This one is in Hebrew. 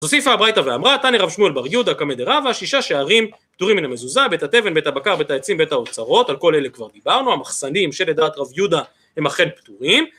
הוסיפה הבריתה ואמרה תני רב שמואל בר יהודה כמדה רבה שישה שערים פטורים מן המזוזה בית התבן בית הבקר בית העצים בית האוצרות על כל אלה כבר דיברנו המחסנים שלדעת רב יהודה הם אכן פטורים